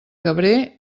cabré